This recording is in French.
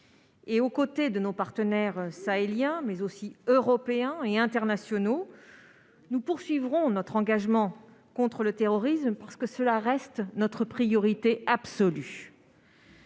aux côtés de nos partenaires sahéliens, mais aussi européens et internationaux, notre engagement contre le terrorisme, qui reste notre priorité absolue.